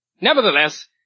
Nevertheless